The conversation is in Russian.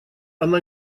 она